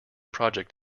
project